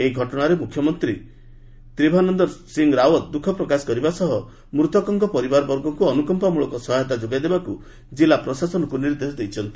ଏହି ଘଟଣାର ମୁଖ୍ୟମନ୍ତ୍ରୀ ତ୍ରିଭାନନ୍ଦର ସିଂ ରାଓ୍ୱତ ଦୁଃଖପ୍ରକାଶ କରିବା ସହ ମୃତକଙ୍କ ପରିବାରବର୍ଗକୁ ଅନୁକମ୍ପାମ୍ଳକ ସହାୟତା ଯୋଗାଇ ଦେବାକୁ ଜିଲ୍ଲା ପ୍ରଶାସନକୁ ନିର୍ଦ୍ଦେଶ ଦେଇଛନ୍ତି